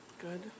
Good